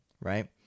right